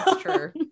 sure